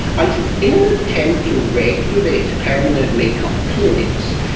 and in an attempt to regulate permanent makeup clinics,